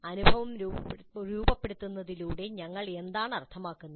അനുഭവം രൂപപ്പെടുത്തുന്നതിലൂടെ ഞങ്ങൾ എന്താണ് അർത്ഥമാക്കുന്നത്